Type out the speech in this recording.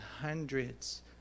hundreds